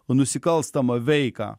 nusikalstamą veiką